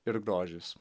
ir grožis